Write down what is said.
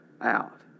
out